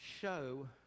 show